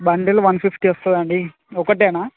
bundle one fifty వస్తుంది అండి ఒకటేనా